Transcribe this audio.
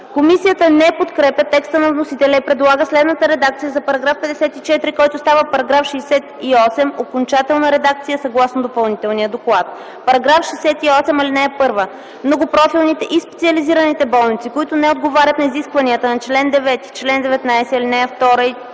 Комисията не подкрепя текста на вносителя и предлага следната редакция за § 54, който става § 68 – окончателна редакция съгласно Допълнителния доклад: „§ 68. (1) Многопрофилните и специализираните болници, които не отговарят на изискванията на чл. 9, чл. 19, ал. 2 и 3